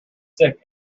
sick